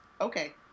Okay